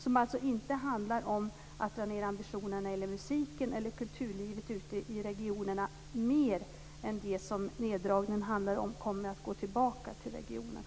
Det handlar alltså inte om att dra ned på ambitionerna när det gäller musiken eller kulturlivet ute i regionerna. Mer än det som neddragningen handlar om kommer att gå tillbaka till regionerna.